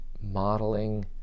modeling